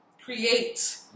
create